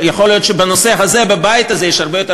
יכול להיות שבנושא הזה בבית הזה יש הרבה יותר